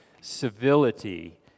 civility